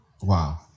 Wow